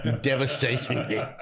devastatingly